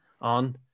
on